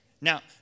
Now